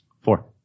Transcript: Four